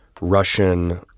Russian